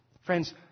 Friends